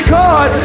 god